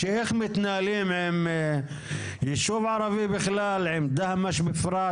איך מתנהלים עם יישוב ערבי בכלל, עם דהמש בפרט,